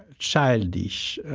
childish